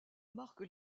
marque